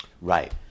Right